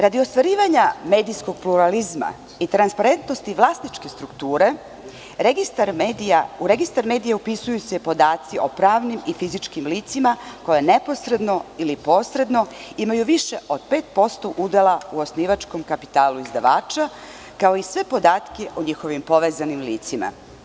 Radi ostvarivanja medijskog pluralizma i transparentnosti vlasničke strukture, u registar medija upisuju se podaci o pravnim i fizičkim licima koja neposredno ili posredno imaju više od 5% udela u osnivačkom kapitalu izdavača, kao i sve podatke o njihovim povezanim licima.